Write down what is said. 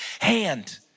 hand